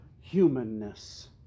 humanness